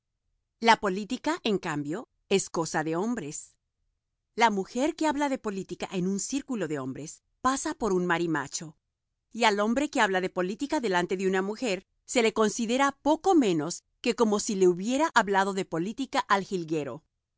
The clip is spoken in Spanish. la política en cambio es cosa de hombres la mujer que habla de política en un círculo de hombres pasa por un marimacho y al hombre que habla de política delante de una mujer se le considera poco menos que como si le hubiera hablado de política al jilguero